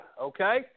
okay